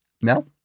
No